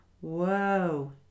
Whoa